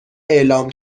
اعلام